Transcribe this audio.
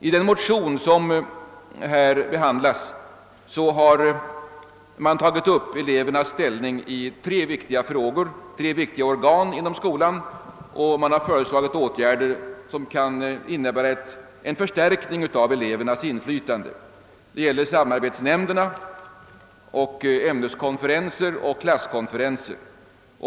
I den motion som här behandlas har man tagit upp elevernas ställning i tre viktiga organ inom skolan, och man har föreslagit åtgärder som kan innebära en förstärkning av elevernas inflytande. Det gäller samarbetsnämnder, ämneskonferenser och klasskonferenser.